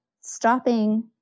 stopping